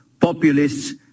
Populists